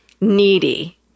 needy